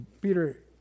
Peter